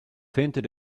hinted